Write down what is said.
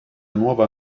nuova